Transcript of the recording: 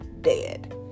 dead